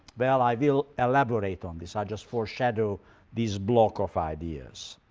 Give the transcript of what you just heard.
well i will elaborate on this. i'll just foreshadow this block of ideas.